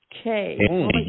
Okay